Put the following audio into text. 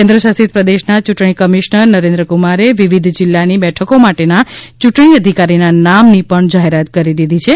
કેન્દ્ર શાસિત પ્રદેશના યૂંટણી કમિશ્નર નરેન્દ્ર કુમારે વિવિધ જિલ્લાની બેઠકો માટેના ચૂંટણી અધિકારીના નામ ની પણ જાહેરાત કરી દીધી છે